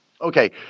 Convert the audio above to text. Okay